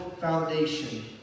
foundation